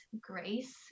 grace